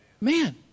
man